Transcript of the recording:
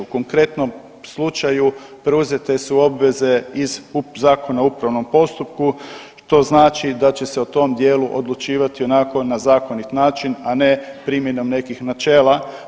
U konkretnom slučaju preuzete su obveze iz Zakona o upravnom postupku što znači da će se o tom dijelu odlučivati onako na zakonit način, a ne primjenom nekih načela.